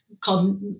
called